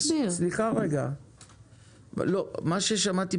ואז אפגע בסטנדרטיזציה של מה שהקבלן נותן.